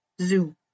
Zoo